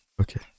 Okay